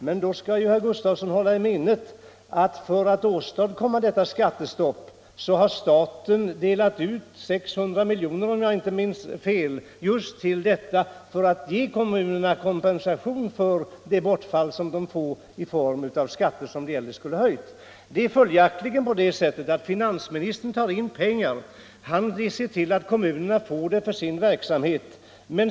Men då skall herr Gustavsson" hålla i minnet att staten för att åstadkomma detta skattestopp har delat ut 600 milj.kr. om året i två år som kompensation för kommunernas skattebortfall genom att de avstått från skattehöjningar. Finansministern ser alltså till att kommunerna får pengar för sin verksamhet.